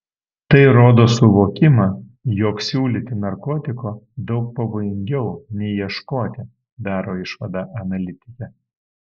tai rodo suvokimą jog siūlyti narkotiko daug pavojingiau nei ieškoti daro išvadą analitikė